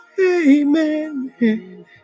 amen